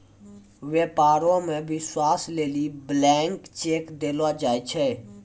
व्यापारो मे विश्वास लेली ब्लैंक चेक देलो जाय छै